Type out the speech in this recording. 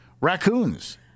raccoons